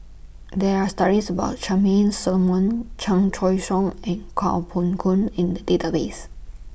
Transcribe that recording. There Are stories about Charmaine Solomon Chan Choy Siong and Kuo Pao Kun in The Database